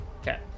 okay